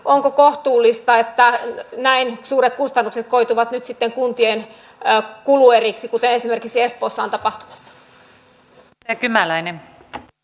onko kohtuullista että näin suuret kustannukset koituvat sitten kuntien kulueriksi kuten esimerkiksi espoossa on tapahtumassa